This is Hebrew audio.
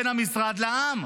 בין המשרד לעם.